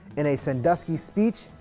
in a sandusky speech,